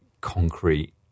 concrete